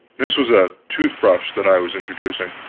this was a tooth-wash that i was introducing.